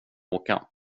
åka